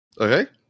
Okay